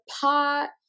pot